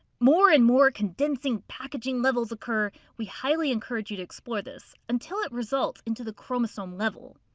more and more condensing packaging levels occur we highly encourage you to explore this until it results into the chromosome level.